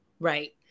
right